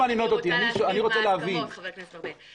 אתם טובים, כוחות השוק יבחרו בכם.